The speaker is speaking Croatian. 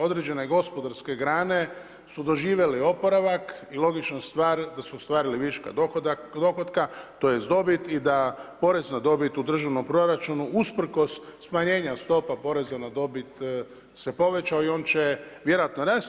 Određene gospodarske grane su doživjeli oporavak i logična je stvar da su ostvarili viška dohotka tj. dobit i da porez na dobit u državnom proračunu usprkos smanjenja stopa poreza na dobit se povećao i on će vjerojatno rasti.